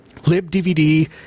libDVD